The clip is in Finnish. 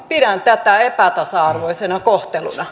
pidän tätä epätasa arvoisena kohteluna